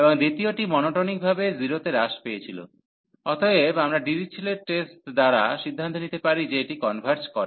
এবং দ্বিতীয়টি মনোটোনিকভাবে 0 তে হ্রাস পেয়েছিল অতএব আমরা ডিরিচলেট টেস্ট দ্বারা সিদ্ধান্ত নিতে পারি যে এটি কনভার্জ করে